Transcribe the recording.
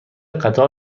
قطار